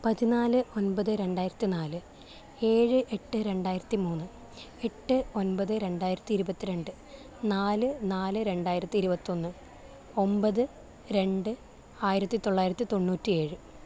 പതിനാല് ഒൻപത് രണ്ടായിരത്തി നാല് ഏഴ് എട്ട് രണ്ടായിരത്തി മൂന്ന് എട്ട് ഒൻപത് രണ്ടായിരത്തി ഇരുപത്തിരണ്ട് നാല് നാല് രണ്ടായിരത്തി ഇരുവത്തൊന്ന് ഒമ്പത് രണ്ട് ആയിരത്തി തൊള്ളായിരത്തി തൊണ്ണൂറ്റി ഏഴ്